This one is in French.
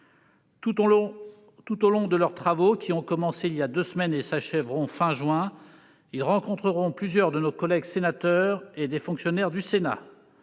Tout au long de leurs travaux, qui ont commencé ce matin et s'achèveront à la fin du mois de juin, ils rencontreront plusieurs de nos collègues sénateurs et des fonctionnaires du Sénat.